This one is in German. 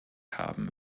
haben